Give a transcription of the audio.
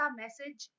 message